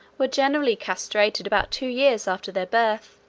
were generally castrated about two years after their birth,